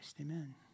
Amen